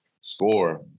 score